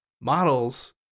models